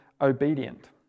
obedient